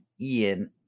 Ian